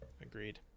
Agreed